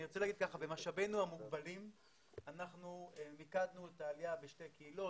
אני רוצה לומר שבמשאבינו המוגבלים אנחנו מיקדנו את העלייה בשתי קהילות,